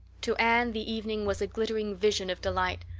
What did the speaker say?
to anne the evening was a glittering vision of delight.